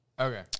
Okay